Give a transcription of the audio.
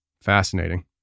Fascinating